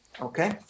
okay